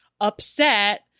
upset